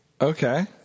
Okay